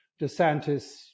DeSantis